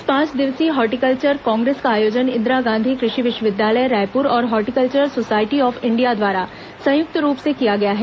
इस पांच दिवसीय हार्टिकल्वर कांग्रेस का आयोजन इंदिरा गांधी कृषि विश्वविद्यालय रायपुर और हार्टिकल्वर सोसायटी ऑफ इंडिया द्वारा संयुक्त रूप से किया गया है